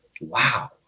wow